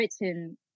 written